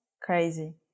crazy